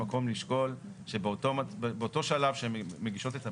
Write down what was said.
שבאותו שלב שהן מגישות את הבקשה,